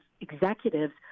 executives